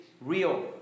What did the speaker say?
real